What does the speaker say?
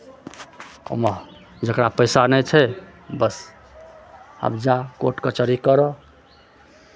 जकरा पैसा नहि छै बस आब जाह कोर्ट कचहरी करह